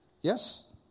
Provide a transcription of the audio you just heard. Yes